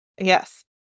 Yes